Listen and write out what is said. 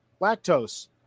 lactose